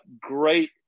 great